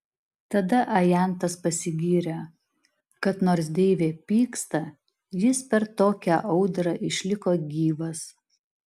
tada ajantas pasigyrė kad nors deivė pyksta jis per tokią audrą išliko gyvas